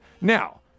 Now